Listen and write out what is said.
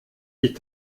sich